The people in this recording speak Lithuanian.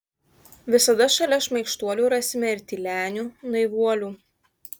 visada šalia šmaikštuolių rasime ir tylenių naivuolių